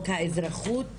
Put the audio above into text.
האזרחות